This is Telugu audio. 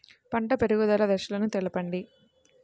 పంట పెరుగుదల దశలను తెలపండి?